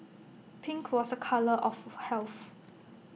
pink was A colour of health